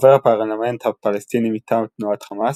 חבר הפרלמנט הפלסטיני מטעם תנועת חמאס,